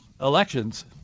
elections